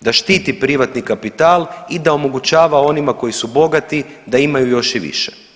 da štiti privatni kapital i da omogućava onima koji su bogati, da imaju još i više.